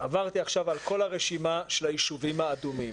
עברתי עכשיו כל הרשימה של היישובים האדומים.